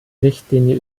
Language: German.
richtlinie